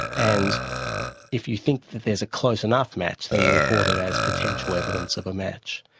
and if you think that there's a close enough match then you report it as potential evidence of a match.